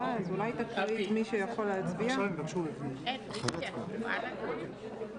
שר או מישהו אחר בעל זיקה לראש הממשלה החלופי.